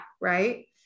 Right